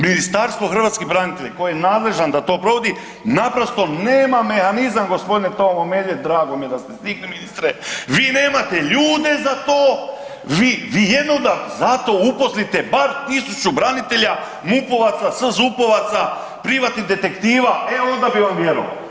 Ministarstvo hrvatskih branitelja koji je nadležan da to provodi naprosto nema mehanizam, g. Tomo Medved drago mi je da ste stigli ministre, vi nemate ljude za to, vi, vi jedino zato uposlite bar 1.000 branitelja MUP-ovaca, SZUP-ovaca, privatnih detektiva, e onda bi vam vjerovao.